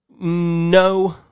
No